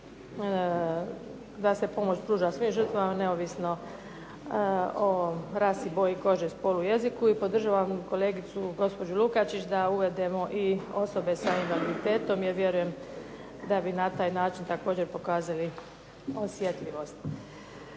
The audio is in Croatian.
da se pomoć pruža svim žrtvama neovisno o rasi, boji kože, spolu, jeziku. I podržavam kolegicu, gospođu Lukačić, da uvedemo i osobe sa invaliditetom jer vjerujem da bi na taj način također pokazali osjetljivost.